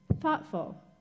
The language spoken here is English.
Thoughtful